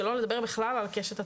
שלא נדבר על הקשת הטרנסית.